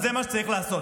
אז זה מה שצריך לעשות.